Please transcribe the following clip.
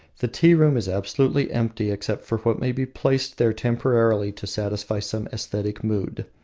the tea-room is absolutely empty, except for what may be placed there temporarily to satisfy some aesthetic mood.